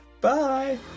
bye